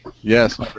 Yes